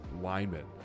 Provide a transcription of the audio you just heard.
lineman